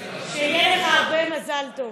שיהיה לך הרבה מזל טוב.